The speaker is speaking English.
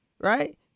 right